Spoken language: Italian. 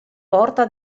porta